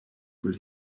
but